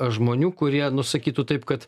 žmonių kurie nu sakytų taip kad